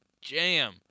jam